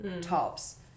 tops